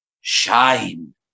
shine